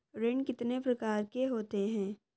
ऋण कितने प्रकार के होते हैं?